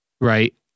Right